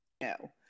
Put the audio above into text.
No